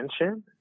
attention